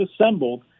assembled